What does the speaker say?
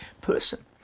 person